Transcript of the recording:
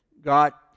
got